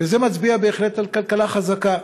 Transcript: וזה מצביע בהחלט על כלכלה חזקה.